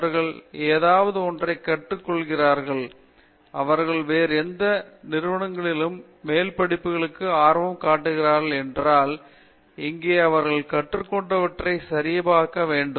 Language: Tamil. அவர்கள் ஏதாவது ஒன்றைக் கற்றுக்கொள்கிறார்கள் அவர்கள் வேறு எந்த நிறுவனங்களிடமும் மேல் படிப்புகளில் ஆர்வம் காட்டுகிறார்கள் என்றால் இங்கே அவர்கள் கற்றுக்கொண்டவற்றை சரிபார்க்க வேண்டும்